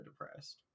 depressed